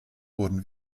wurden